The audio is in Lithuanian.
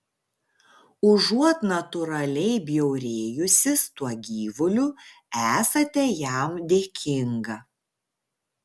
užuot natūraliai bjaurėjusis tuo gyvuliu esate jam dėkinga